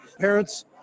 parents